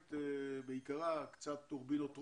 סולארית בעיקרה, קצת טורבינות רוח.